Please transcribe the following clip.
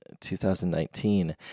2019